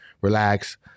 relax